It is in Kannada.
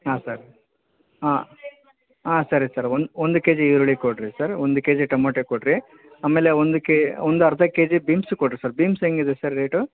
ಹಾಂ ಸರ್ ಹಾಂ ಹಾಂ ಸರಿ ಸರ್ ಒಂದು ಒಂದು ಕೆ ಜಿ ಈರುಳ್ಳಿ ಕೊಡಿರಿ ಸರ್ ಒಂದು ಕೆ ಜಿ ಟಮಟೆ ಕೊಡಿರಿ ಆಮೇಲೆ ಒಂದು ಕೆ ಒಂದು ಅರ್ಧ ಕೆ ಜಿ ಬೀಮ್ಸು ಕೊಡಿರಿ ಸರ್ ಬೀಮ್ಸ್ ಹೇಗಿದೆ ಸರ್ ರೇಟು